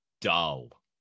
dull